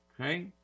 okay